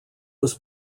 was